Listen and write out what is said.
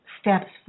steps